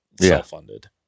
self-funded